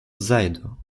зайду